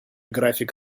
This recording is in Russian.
график